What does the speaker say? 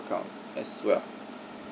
account as well